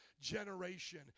generation